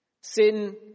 Sin